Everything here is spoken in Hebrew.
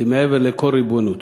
היא מעבר לכל ריבונות.